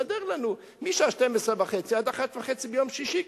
תסדר לנו משעה 12:30 עד 13:30 ביום שישי,